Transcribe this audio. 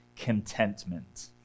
contentment